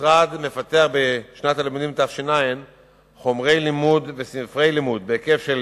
המשרד מפתח בשנת הלימודים תש"ע חומרי לימוד וספרי לימוד בהיקף של